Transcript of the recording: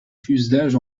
fuselage